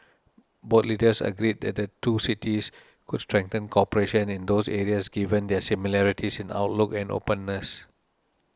both leaders agreed that the two cities could strengthen cooperation in those areas given their similarities in outlook and openness